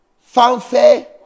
fanfare